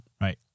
Right